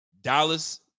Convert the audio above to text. Dallas